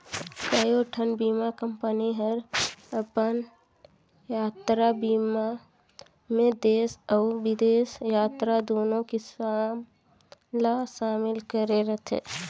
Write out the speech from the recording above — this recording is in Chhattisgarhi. कयोठन बीमा कंपनी हर अपन यातरा बीमा मे देस अउ बिदेस यातरा दुनो किसम ला समिल करे रथे